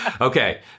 Okay